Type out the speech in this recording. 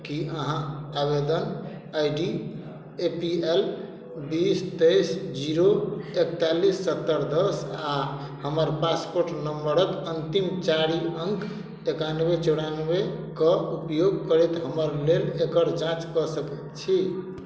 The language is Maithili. कि अहाँ आवेदन I D A P L बीस तैस जीरो एकतालीस सत्तरि दस आ हमर पासपोर्ट नंबरक अंतिम चारि अंक एकानबे चौरानबे के उपयोग करैत हमरा लेल एकर जाँच कऽ सकैत छी